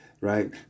Right